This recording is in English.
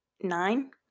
nine